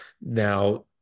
now